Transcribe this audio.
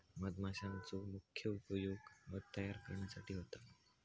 मधमाशांचो मुख्य उपयोग मध तयार करण्यासाठी होता